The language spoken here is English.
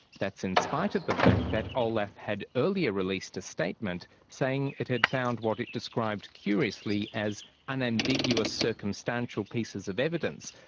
that's in spite of the fact that olaf had earlier released a statement saying it had found what it described curiously as unambiguous circumstantial pieces of evidence,